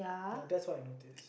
ya that's what I noticed